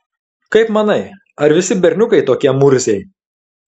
kaip manai ar visi berniukai tokie murziai